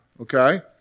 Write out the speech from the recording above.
okay